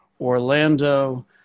Orlando